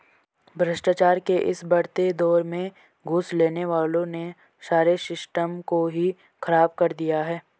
भ्रष्टाचार के इस बढ़ते दौर में घूस लेने वालों ने सारे सिस्टम को ही खराब कर दिया है